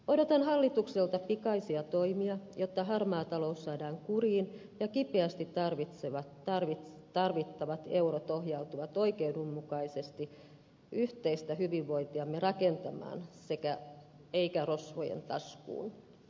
odotan hallitukselta pikaisia toimia jotta harmaa talous saadaan kuriin ja kipeästi tarvittavat eurot ohjautuvat oikeudenmukaisesti yhteistä hyvinvointiamme rakentamaan eivätkä rosvojen taskuun